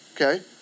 Okay